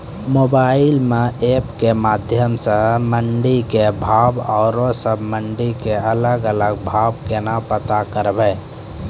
Mobile म app के माध्यम सऽ मंडी के भाव औरो सब मंडी के अलग अलग भाव केना पता करबै?